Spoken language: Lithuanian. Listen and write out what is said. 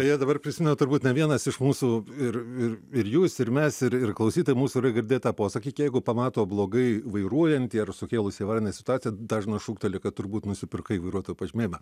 beje dabar prisimena turbūt ne vienas iš mūsų ir ir ir jūs ir mes ir ir klausytojai mūsų yra girdėję tą posakį jeigu pamato blogai vairuojantį ar sukėlusi avarinę situaciją dažnas šūkteli kad turbūt nusipirkai vairuotojo pažymėjimą